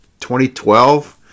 2012